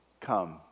Come